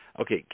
Okay